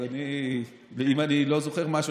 אז אם אני לא זוכר משהו,